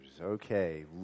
Okay